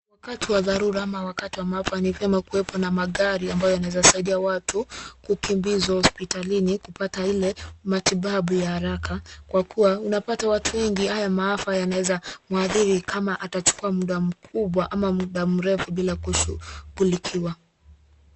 Wakati wa dharura, ama wakati wa maafa ni vyema kuwepo na magari ambayo yanaweza saidia watu, kukimbizwa hospitalini, kupata ile matibabu ya haraka, kwa kuwa unapata watu wengi, haya maafa yanaweza kumuathiri kama atachukua muda mkubwa, ama muda mrefu bila kushughulikiwa.